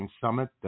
Summit